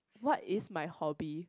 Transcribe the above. what is my hobby